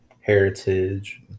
heritage